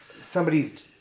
somebody's